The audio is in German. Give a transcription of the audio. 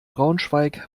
braunschweig